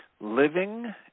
Living